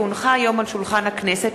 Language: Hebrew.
כי הונחו היום על שולחן הכנסת,